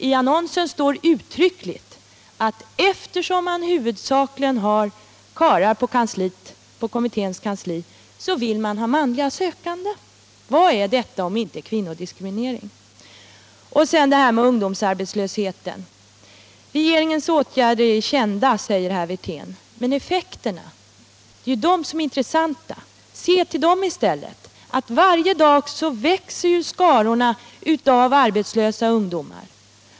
I annonsen står uttryckligen att eftersom man huvudsakligen har kvinnor på kommitténs kansli vill man ha manliga sökande. Vad är detta om inte kvinnodiskriminering? Sedan det här med ungdomsarbetslösheten. Regeringens åtgärder är kända, säger herr Wirtén. Men det är ju effekterna som är intressanta. Se till dem i stället. Varje dag växer skarorna av arbetslösa ungdomar.